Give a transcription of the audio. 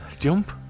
jump